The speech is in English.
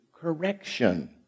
correction